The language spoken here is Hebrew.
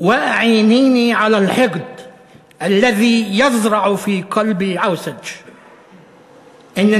וסייע לי בּשנאה הזורעת בלבּי אָטָד/ אני